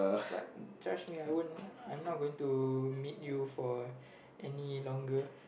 but judge me I won't I'm not going to meet you for any longer